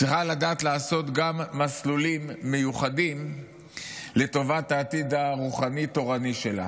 צריכה לדעת לעשות גם מסלולים מיוחדים לטובת העתיד הרוחני-תורני שלה.